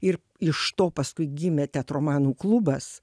ir iš to paskui gimė teatromanų klubas